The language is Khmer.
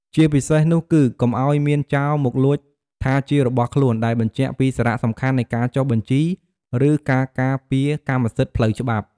ជាពិសេសនោះគឺ កុំឱ្យមានចោរមកលួចថាជារបស់ខ្លួន ដែលបញ្ជាក់ពីសារៈសំខាន់នៃការចុះបញ្ជី ឬការការពារកម្មសិទ្ធិផ្លូវច្បាប់។